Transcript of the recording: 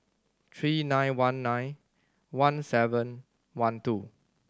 three nine one nine one seven one two